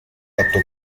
fatto